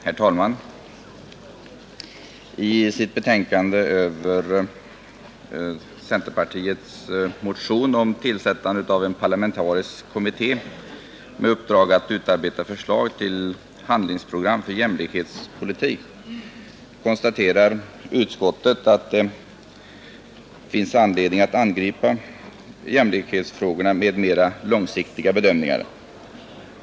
Herr talman! I sitt betänkande över centerpartimotionen nr 517 om tillsättande av en parlamentarisk kommitté med uppdrag att utarbeta förslag till handlingsprogram för jämlikhetspolitik konstaterar inrikesutskottet att det finns anledning att angripa jämlikhetsfrågorna med mera långsiktiga bedömningar.